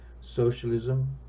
socialism